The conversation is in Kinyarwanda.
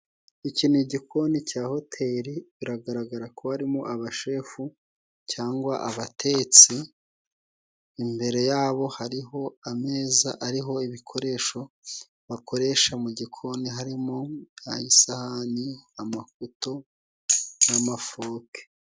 Iki ni igikoni cya hoteri, biragaragara ko harimo abashefu cyangwa abatetsi, imbere ya bo hariho ameza ariho ibikoresho bakoresha mu gikoni, harimo isahani, amakuto n'amafoke.